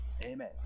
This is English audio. Amen